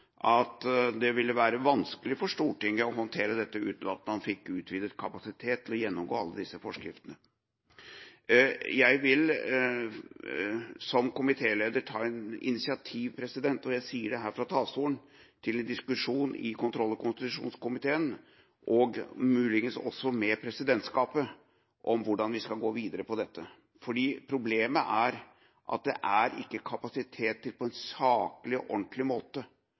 ville være vanskelig for Stortinget å håndtere dette uten at man fikk utvidet kapasitet til å gjennomgå alle disse forskriftene. Jeg vil som komitéleder ta initiativ – og jeg sier det her fra talerstolen – til en diskusjon i kontroll- og konstitusjonskomiteen og muligens også med presidentskapet om hvordan vi skal gå videre med dette. Problemet er at det ikke er kapasitet til på en saklig og ordentlig måte